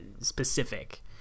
specific